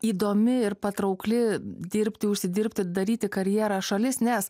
įdomi ir patraukli dirbti užsidirbti daryti karjerą šalis nes